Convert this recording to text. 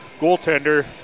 goaltender